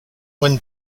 when